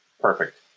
Perfect